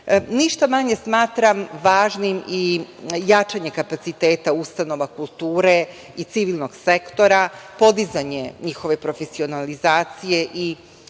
svetu. Ništa manje smatram važnim i jačanje kapaciteta ustanova kulture i civilnog sektora, podizanje njihove profesionalizacije